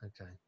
Okay